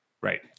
Right